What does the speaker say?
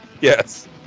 Yes